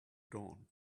dawn